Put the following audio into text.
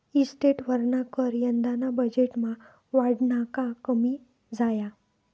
इस्टेटवरना कर यंदाना बजेटमा वाढना का कमी झाया?